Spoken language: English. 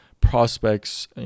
prospects